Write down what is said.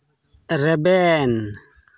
ᱨᱮᱵᱮᱱ